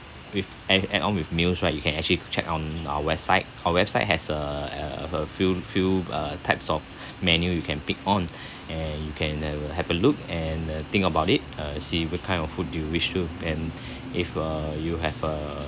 with add add on with meals right you can actually check on our website our website has a a a few few uh types of menu you can pick on and you can uh have a look and uh think about it uh see what kind of food do you wish to and if uh you have a